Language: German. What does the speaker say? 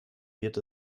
wird